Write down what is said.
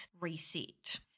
reset